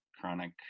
chronic